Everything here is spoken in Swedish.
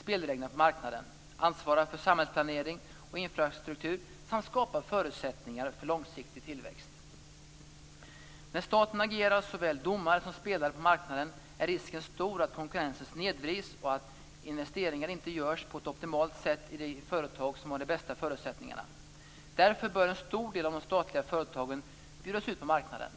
spelreglerna på marknaden, ansvara för samhällsplanering och infrastruktur samt skapa förutsättningar för långsiktig tillväxt. När staten agerar såväl domare som spelare på marknaden är risken stor att konkurrensen snedvrids och att investeringar inte görs på ett optimalt sätt i de företag som har de bästa förutsättningarna. Därför bör en stor del av de statliga företagen bjudas ut på marknaden.